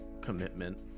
commitment